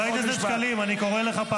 אני אגיד משפט אחד.